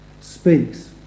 speaks